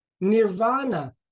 nirvana